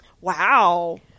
Wow